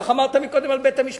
איך אמרת קודם על בית-המשפט?